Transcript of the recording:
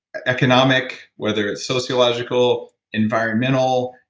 economic, whether it's sociological, environmental.